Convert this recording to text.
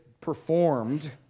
performed